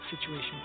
situation